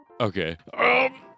Okay